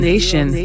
Nation